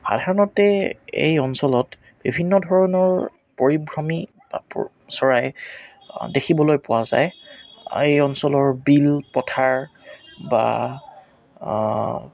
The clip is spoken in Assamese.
সাধাৰণতে এই অঞ্চলত বিভিন্ন ধৰণৰ পৰিভ্ৰমী চৰাই দেখিবলৈ পোৱা যায় এই অঞ্চলৰ বিল পথাৰ বা